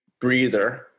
breather